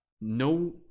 no